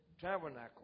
tabernacle